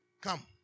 Come